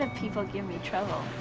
and people give me trouble.